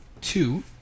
two